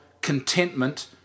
contentment